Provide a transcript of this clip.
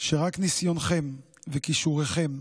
שרק ניסיונכם וכישוריכם